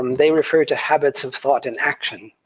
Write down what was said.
um they refer to habits of thought and action,